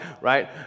right